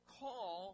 call